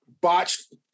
botched